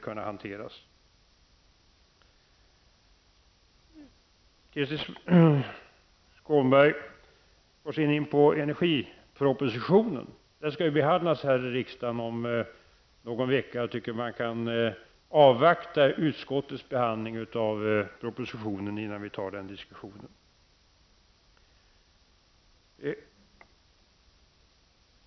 Krister Skånberg går sedan in på energipropositionen. Den skall ju behandlas här i riksdagen om någon vecka. Jag tycker att man kan avvakta utskottets behandling av propositionen innan man tar den diskussionen.